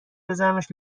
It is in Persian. بذارمش